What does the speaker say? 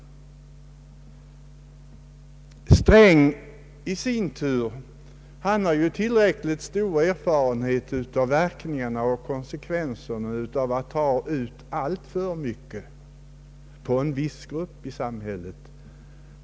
Herr Sträng i sin tur har ju tillräckligt stora erfarenheter av verkningarna och konsekvenserna av att ta ut allt för mycket av en viss grupp i samhället.